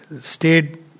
stayed